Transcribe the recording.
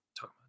talk